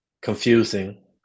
confusing